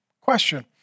Question